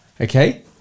okay